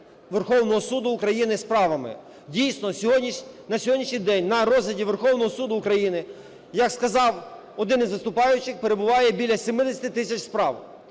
Верховного Суду України справами. Дійсно, на сьогоднішній день на розгляді Верховного Суду України, як сказав один із виступаючих, перебуває біля 70 тисяч справ.